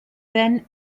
then